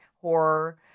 horror